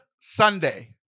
sunday